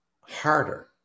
harder